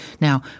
Now